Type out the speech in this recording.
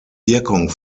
wirkung